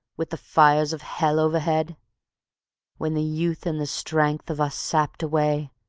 with the fires of hell overhead when the youth and the strength of us sapped away,